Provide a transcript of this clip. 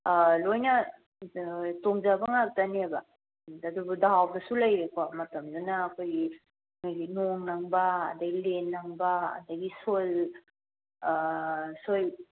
ꯂꯣꯏꯅ ꯇꯣꯡꯖꯕ ꯉꯥꯛꯇꯅꯦꯕ ꯑꯗ ꯑꯗꯨꯕꯨ ꯗꯥꯎꯗꯁꯨ ꯂꯩꯔꯦꯀꯣ ꯃꯇꯝꯗꯨꯅ ꯑꯩꯈꯣꯏꯒꯤ ꯑꯩꯈꯣꯏꯒꯤ ꯅꯣꯡ ꯅꯪꯕ ꯑꯗꯒꯤ ꯂꯦꯟ ꯅꯪꯕ ꯑꯗꯒꯤ ꯁꯣꯏꯜ ꯁꯣꯏꯜ